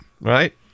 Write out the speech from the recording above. right